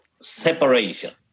separation